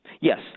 Yes